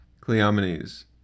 Cleomenes